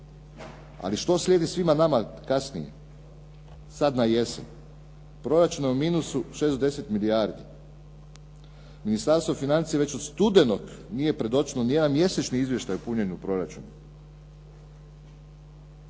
Ali što slijedi svima nama kasnije, sad najesen? Proračun je u minusu 610 milijardi, Ministarstvo financija već od studenog nije predočilo nije predočila nijedan mjesečni izvještaj o punjenju proračuna.